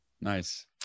Nice